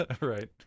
Right